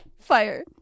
Fire